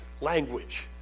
language